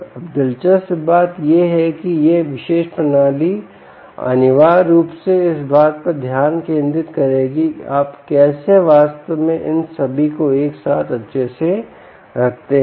अब दिलचस्प बात यह है कि यह विशेष प्रणाली अनिवार्य रूप से इस बात पर ध्यान केंद्रित करेगी कि आप कैसे वास्तव में इन सभी को एक साथ अच्छे से रखते हैं